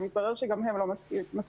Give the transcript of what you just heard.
שמתברר שגם הם לא מספיקים.